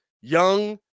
young